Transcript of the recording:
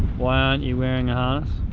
why aren't you wearing